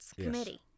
Committee